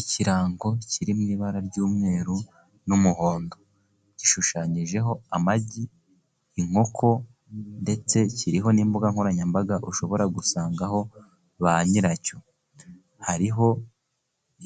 Ikirango kiri mw'ibara ry'umweru n'umuhondo, gishushanyijeho amagi, inkoko ndetse kiriho n'imbuga nkoranyambaga ushobora gusangaho ba nyiracyo, hariho